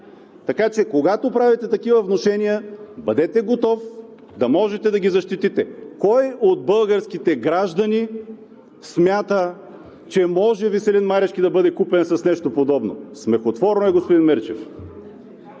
Така че, когато правите такива внушения, бъдете готов да можете да ги защитите. Кой от българските граждани смята, че Веселин Марешки може да бъде купен с нещо подобно?! Смехотворно е, господин Мирчев!